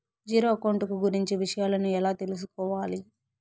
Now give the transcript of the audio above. Zero account కు గురించి విషయాలను ఎలా తెలుసుకోవాలి?